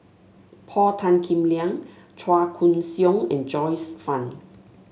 Paul Tan Kim Liang Chua Koon Siong and Joyce Fan